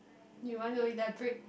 you want to elaborate